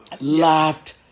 Laughed